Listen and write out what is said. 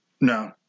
no